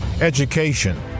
education